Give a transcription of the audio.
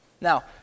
Now